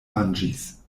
manĝis